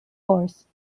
force